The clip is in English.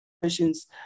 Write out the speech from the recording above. Questions